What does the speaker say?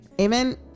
Amen